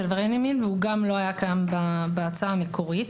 עברייני מין והוא גם לא היה קיים בהצעה המקורית.